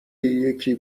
یکی